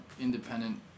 independent